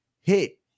hit